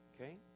Okay